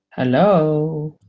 hello?